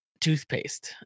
toothpaste